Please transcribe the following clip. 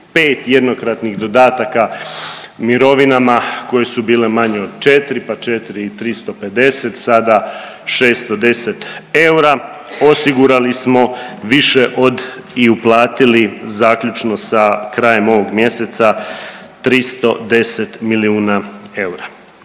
5 jednokratnih dodataka mirovinama koje su bile manje od 4 pa 4 i 350 sada 610 eura osigurali smo više od i uplatili zaključno sa krajem ovog mjeseca 310 milijuna eura.